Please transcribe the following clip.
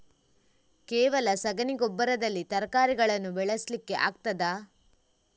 ಕೇವಲ ಸಗಣಿ ಗೊಬ್ಬರದಲ್ಲಿ ತರಕಾರಿಗಳನ್ನು ಬೆಳೆಸಲಿಕ್ಕೆ ಆಗ್ತದಾ?